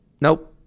nope